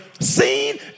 seen